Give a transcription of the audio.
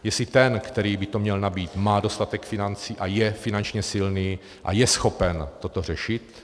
Jestli ten, který by to měl nabýt, má dostatek financí a je finančně silný a je schopen toto řešit.